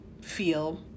feel